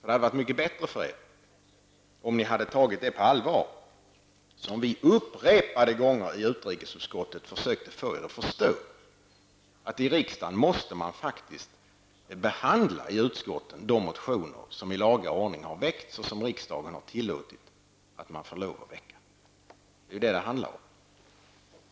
Det hade varit mycket bättre för er om ni hade tagit det på allvar som vi upprepade gånger i utrikesutskottet försökte få er att förstå -- att man faktiskt i utskotten måste behandla de motioner som i laga ordning har väckts och som riksdagen har tillåtit oss att väcka. Det är ju detta som det handlar om.